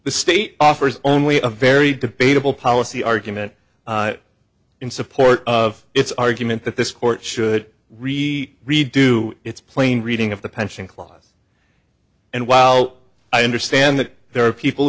the state offers only a very debatable policy argument in support of its argument that this court should read the read do its plain reading of the pension clause and while i understand that there are people